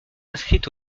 inscrite